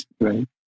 Right